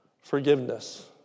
forgiveness